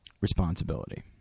responsibility